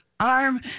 arm